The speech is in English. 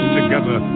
together